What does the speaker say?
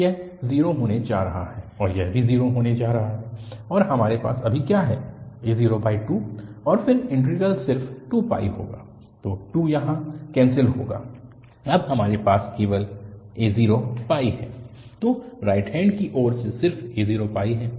तो यह 0 होने जा रहा है और यह भी 0 होने जा रहा है और हमारे पास अभी क्या है a02 और फिर इंटीग्रल सिर्फ 2 होगा तो 2 यहाँ केंसील होगा अब हमारे पास केवल a0 है तो राइट हैन्ड की ओर सिर्फ a0 है